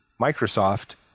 Microsoft